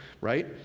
right